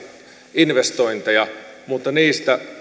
investointeja mutta niistä